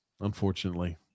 Unfortunately